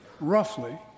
Roughly